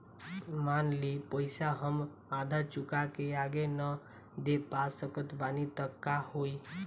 मान ली पईसा हम आधा चुका के आगे न दे पा सकत बानी त का होई?